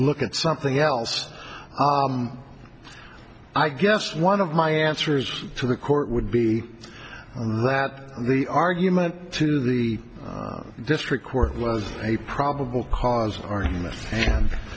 look at something else i guess one of my answers to the court would be that the argument to the district court was a probable cause of arguments